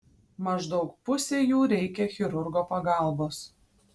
maždaug pusei jų reikia chirurgo pagalbos